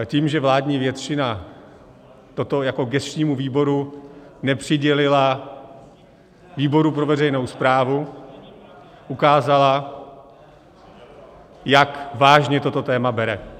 Tím, že vládní většina toto jako gesčnímu výboru nepřidělila výboru pro veřejnou správu, ukázala, jak vážně toto téma bere.